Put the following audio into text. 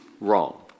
wrong